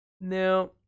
Now